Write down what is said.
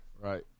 Right